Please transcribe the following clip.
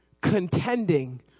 contending